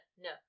no